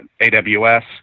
aws